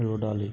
ৰ'দালি